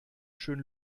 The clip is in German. schön